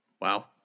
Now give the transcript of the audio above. Wow